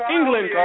England